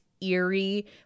eerie